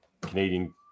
Canadian